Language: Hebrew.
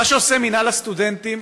מה שעושה מינהל הסטודנטים,